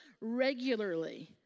regularly